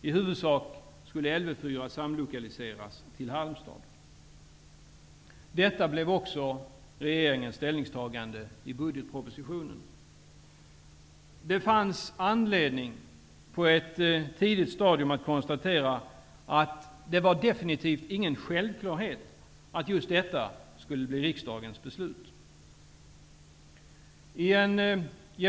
I huvdsak skulle Lv 4 omfattas av en samlokalisering till Halmstad. Detta blev också regeringens ställningstagande i budgetpropositionen. Det fanns på ett tidigt stadium anledning att konstatera att det definitivt inte var någon självklarhet att just detta skulle bli riksdagens beslut.